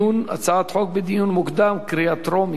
הצעת החוק נתקבלה בקריאה טרומית